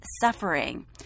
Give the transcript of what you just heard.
suffering